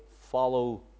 follow